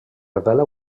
revela